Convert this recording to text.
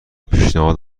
پیشنهاد